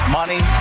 money